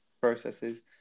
processes